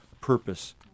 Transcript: purpose